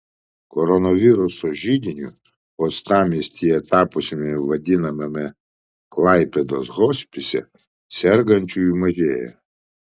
koronaviruso židiniu uostamiestyje tapusiame vadinamame klaipėdos hospise sergančiųjų mažėja